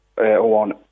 on